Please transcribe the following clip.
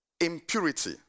Impurity